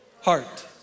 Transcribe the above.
heart